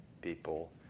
people